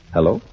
Hello